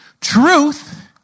Truth